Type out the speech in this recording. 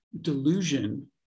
delusion